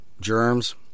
germs